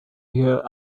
here